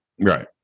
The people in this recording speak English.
Right